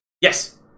Yes